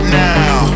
now